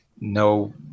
No